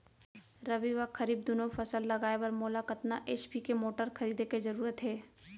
रबि व खरीफ दुनो फसल लगाए बर मोला कतना एच.पी के मोटर खरीदे के जरूरत हे?